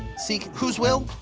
seek whose will?